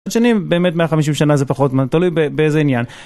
שנים באמת 150 שנה זה פחות ממה תלוי באיזה עניין.